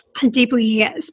deeply